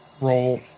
roll